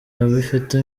abifata